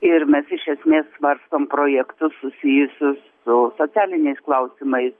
ir mes iš esmės svarstom projektus susijusius su socialiniais klausimais